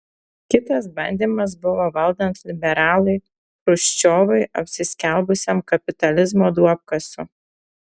kitas bandymas buvo valdant liberalui chruščiovui apsiskelbusiam kapitalizmo duobkasiu